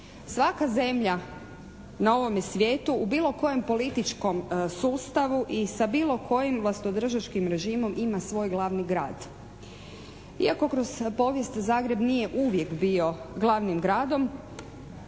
Svaka zemlja na ovome svijetu u bilo kojem političkom sustavu i sa bilo koji vlastodržačkim režimom ima svoj glavni grad. Iako kroz povijest Zagreb nije uvijek bio glavnim gradom